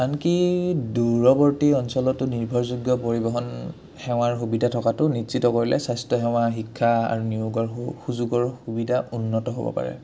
আনকি দূৰৱৰ্তী অঞ্চলতো নিৰ্ভৰযোগ্য পৰিবহণ সেৱাৰ সুবিধা থকাটো নিশ্চিত কৰিলে স্বাস্থ্য সেৱা শিক্ষা আৰু নিয়োগৰ সুযোগৰ সুবিধা উন্নত হ'ব পাৰে